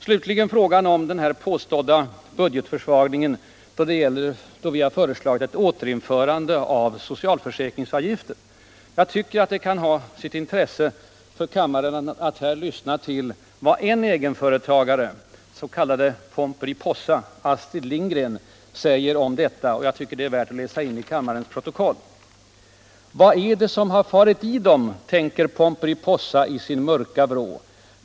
Slutligen frågan om den här påstådda budgetförsvagningen då vi har föreslagit ett återinförande av taket för socialförsäkringsavgiften. Jag tycker att det kan ha sitt intresse för kammaren att lyssna till vad en egenföretagare — kallad Pomperipossa, dvs. Astrid Lindgren — säger om detta i dagens Expressen. Jag tycker att det är värt att läsas in i kammarens protokoll: ”Vad är det som har farit i dom, tänkte Pomperipossa i sin mörka vrå.